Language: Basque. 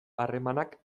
harremanak